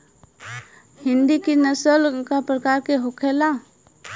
हिंदी की नस्ल का प्रकार के होखे ला?